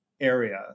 area